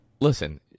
Listen